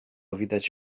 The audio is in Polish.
widać